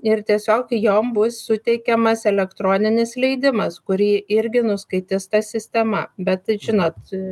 ir tiesiog jom bus suteikiamas elektroninis leidimas kurį irgi nuskaitys ta sistema bet tai žinot